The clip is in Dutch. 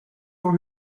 voor